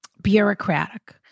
bureaucratic